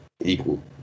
equal